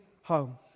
home